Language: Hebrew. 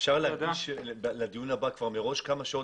אפשר כבר מראש להקדיש לדיון הבא כמה שעות?